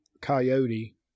coyote